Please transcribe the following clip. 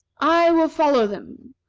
i will follow them.